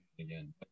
again